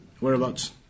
Whereabouts